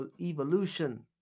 evolution